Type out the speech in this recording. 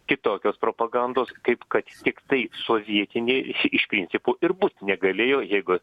kitokios propagandos kaip kad tiktai sovietiniai iš iš principo ir bus negalėjo jeigu